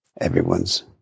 Everyone's